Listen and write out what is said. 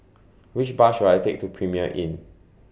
Which Bus should I Take to Premier Inn